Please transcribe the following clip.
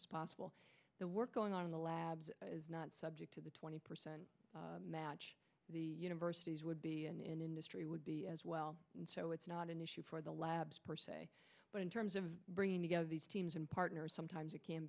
as possible the work going on in the labs is not subject to the twenty percent match the universities would be in industry would be as well so it's not an issue for the labs per se but in terms of bringing together these teams and partners sometimes it can